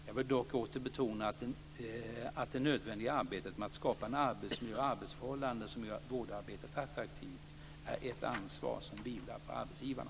Jag vill dock åter betona att det nödvändiga arbetet med att skapa en arbetsmiljö och arbetsförhållanden som gör vårdarbete attraktivt är ett ansvar som vilar på arbetsgivarna.